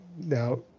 now